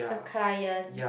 the client